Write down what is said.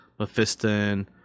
Mephiston